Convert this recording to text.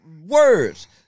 Words